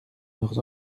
leurs